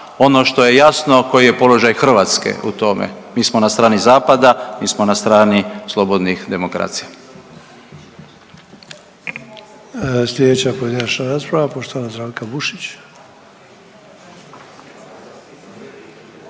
ono što je jasno koji je položaj Hrvatske u tome. Mi smo na strani Zapada, mi smo na strani slobodnih demokracija.